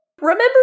Remember